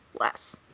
less